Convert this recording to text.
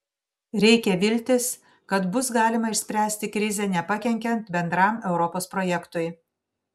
reikia viltis kad bus galima išspręsti krizę nepakenkiant bendram europos projektui